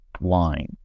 line